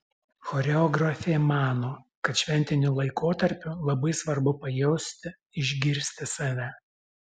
choreografė mano kad šventiniu laikotarpiu labai svarbu pajusti išgirsti save